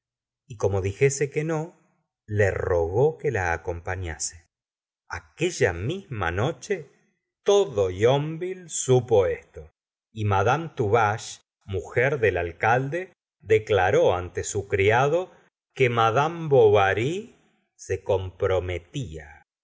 y como dijese que no le rogó que la acompanasa aquella misma noche todo yonville supo esto y madame tuvache mujer del alcalde declaró ante su criado que madama bovary se comprometía